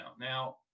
Now